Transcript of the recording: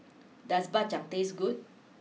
does Dak Chang taste good